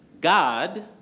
God